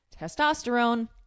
testosterone